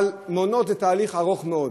אבל מעונות זה תהליך ארוך מאוד,